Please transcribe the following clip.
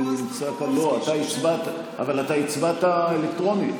אורנה ברביבאי?